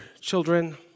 children